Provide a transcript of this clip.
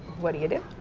what do you do?